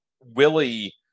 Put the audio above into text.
Willie